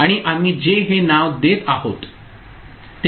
आणि आम्ही J हे नाव देत आहोत